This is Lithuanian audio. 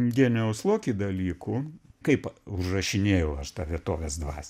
genijaus loki dalykų kaip užrašinėjau aš tą vietovės dvasią